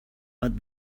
but